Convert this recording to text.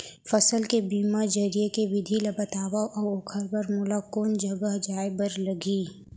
फसल के बीमा जरिए के विधि ला बतावव अऊ ओखर बर मोला कोन जगह जाए बर लागही?